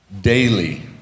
daily